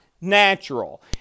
natural